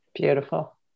Beautiful